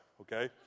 okay